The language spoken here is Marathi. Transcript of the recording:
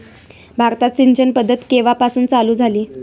भारतात सिंचन पद्धत केवापासून चालू झाली?